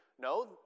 no